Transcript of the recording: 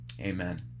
Amen